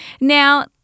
Now